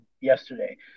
yesterday